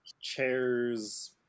chairs